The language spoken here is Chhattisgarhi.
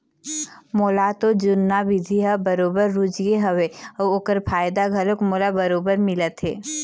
मोला तो जुन्ना बिधि ह बरोबर रुचगे हवय अउ ओखर फायदा घलोक मोला बरोबर मिलत हे